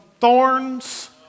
thorns